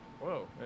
Whoa